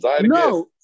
No